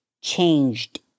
changed